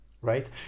right